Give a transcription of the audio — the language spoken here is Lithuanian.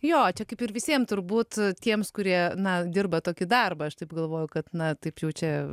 jo čia kaip ir visiem turbūt tiems kurie na dirba tokį darbą aš taip galvoju kad na taip jau čia